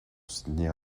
soutenir